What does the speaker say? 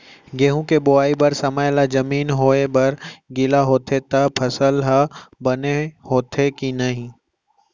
गेहूँ के बोआई बर समय ला जमीन होये बर गिला होथे त फसल ह बने होथे की नही?